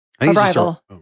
Arrival